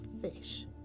fish